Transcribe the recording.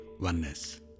oneness